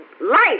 life